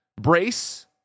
Brace